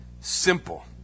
simple